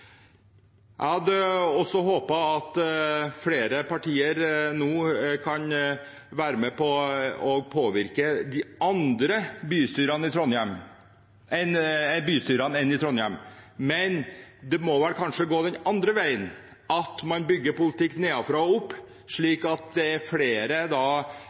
Jeg hadde også håpet at flere partier nå ville være med på å påvirke de andre bystyrene enn det i Trondheim, men det må vel kanskje gå den andre veien, ved at man bygger politikk nedenfra og opp, og ved at det er flere